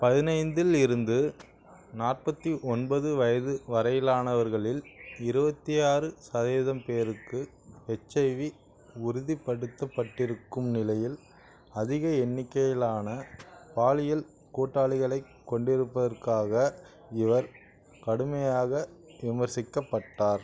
பதினைந்தில் இருந்து நாற்பத்தி ஒன்பது வயது வரையிலானவர்களில் இருபத்தி ஆறு சதவீதம் பேருக்கு ஹெச்ஐவி உறுதிப்படுத்தப்பட்டிருக்கும் நிலையில் அதிக எண்ணிக்கையிலான பாலியல் கூட்டாளிகளைக் கொண்டிருப்பதற்காக இவர் கடுமையாக விமர்சிக்கப்பட்டார்